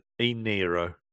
E-Nero